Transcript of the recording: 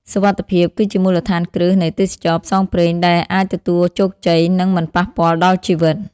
សុវត្ថិភាព គឺជាមូលដ្ឋានគ្រឹះនៃទេសចរណ៍ផ្សងព្រេងដែលអាចទទួលជោគជ័យ និងមិនប៉ះពាល់ដល់ជីវិត។